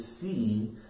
see